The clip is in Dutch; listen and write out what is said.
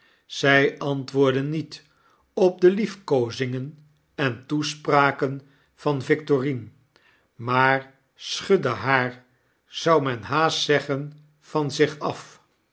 zy antwoordde niet op de liefkoozingen en toespraken van victorine maar schudde haar zou men haast zeggen van zich af